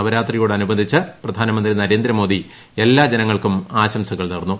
നവരാത്രിയോടനുബന്ധിച്ച് പ്രധാനമന്ത്രി നരേന്ദമോദി എല്ലാ ജനങ്ങൾക്കും ആശംസകൾ നേർന്നു